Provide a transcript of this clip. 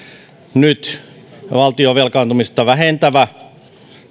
nyt valtion velkaantumista vähentävä